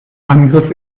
angriff